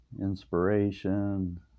inspiration